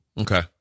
Okay